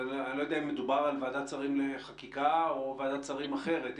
אני לא יודע אם מדובר על ועדת שרים לחקיקה או ועדת שרים אחרת.